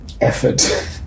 effort